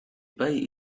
bay